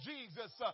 Jesus